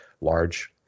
large